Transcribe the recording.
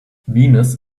venus